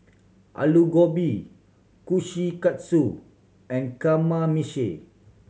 Alu Gobi Kushikatsu and Kamameshi